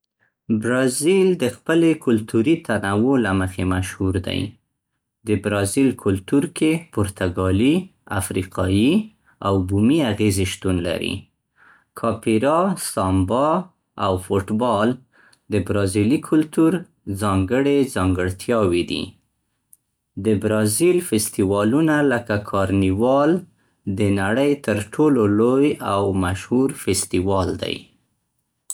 برازیل د خپلې کلتوري تنوع له مخې مشهور دی. د برازیل کلتور کې پرتګالي، افریقايي، او بومي اغیزې شتون لري. کاپیرا، سامبا، او فټبال د برازیلي کلتور ځانګړې ځانګړتیاوې دي. د برازیل فستیوالونه لکه کارنیوال د نړۍ تر ټولو لوی او مشهور فستیوال دی.